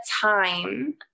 time